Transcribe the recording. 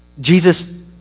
Jesus